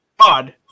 God